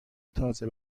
تازه